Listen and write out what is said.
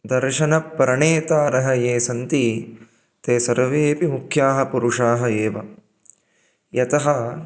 दर्शनप्रणेतारः ये सन्ति ते सर्वेऽपि मुख्याः पुरुषाः एव यतः